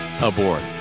aboard